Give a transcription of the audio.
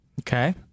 Okay